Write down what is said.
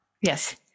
Yes